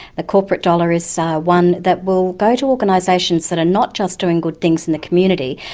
the corporate dollar is one that will go to organisations that are not just doing good things in the community,